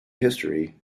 history